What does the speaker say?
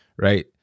right